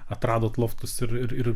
atradote loftus ir ir